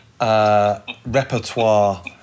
repertoire